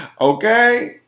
Okay